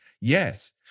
yes